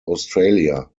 australia